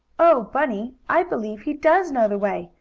oh, bunny, i believe he does know the way!